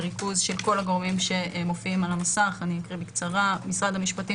בריכוז של כל הגורמים המופיעים על המסך אקריא בקצרה - משרד המשפטים,